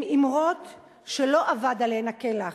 אלה אמרות שלא אבד עליהן הכלח.